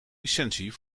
licentie